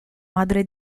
madre